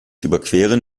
überqueren